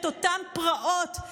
את אותן פרעות,